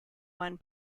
one